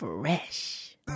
Fresh